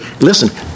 Listen